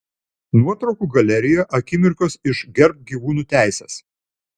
nuotraukų galerijoje akimirkos iš gerbk gyvūnų teises